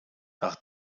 nach